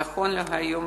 נכון להיום,